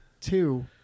two